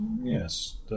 Yes